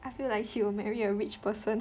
I feel like she will marry a rich person